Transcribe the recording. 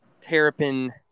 terrapin